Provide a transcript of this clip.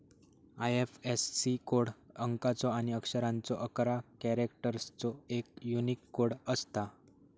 IFSC code अंकाचो आणि अक्षरांचो अकरा कॅरेक्टर्सचो एक यूनिक कोड असता